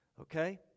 Okay